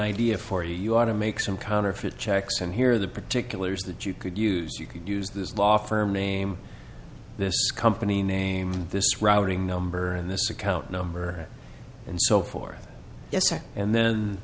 idea for you you want to make some counterfeit checks and here the particulars that you could use you could use this law firm name this company name this routing number and this account number and so forth and then